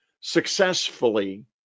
successfully